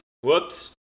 whoops